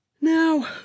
now